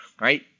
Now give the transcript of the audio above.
Right